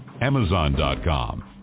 Amazon.com